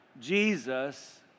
Jesus